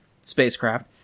spacecraft